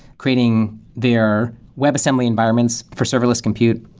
creating their webassembly environments for serverless compute.